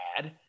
bad